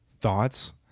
thoughts